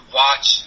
watch